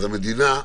אז המדינה,